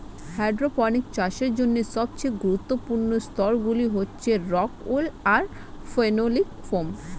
hydroponics চাষের জন্য সবচেয়ে গুরুত্বপূর্ণ স্তরগুলি হচ্ছে রক্ উল আর ফেনোলিক ফোম